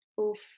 Oof